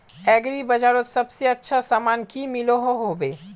Agri बजारोत सबसे अच्छा सामान की मिलोहो होबे?